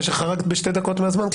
אחרי שחרגת כמעט בשתי דקות מהזמן.